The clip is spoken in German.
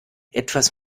etwas